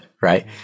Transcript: Right